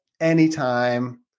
anytime